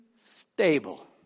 stable